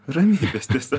ramybės tiesiog